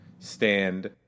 stand